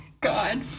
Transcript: God